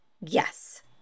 Yes